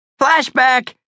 Flashback